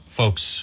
folks